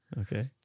Okay